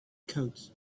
coat